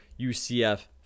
UCF